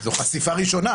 זו חשיפה ראשונה.